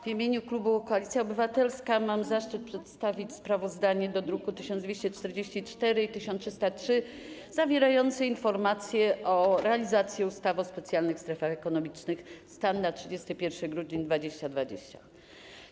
W imieniu klubu Koalicja Obywatelska mam zaszczyt przedstawić sprawozdanie dotyczące druków nr 1244 i 1303, zawierające informację o realizacji ustawy o specjalnych strefach ekonomicznych, stan na 31 grudnia 2020 r.